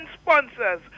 sponsors